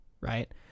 Right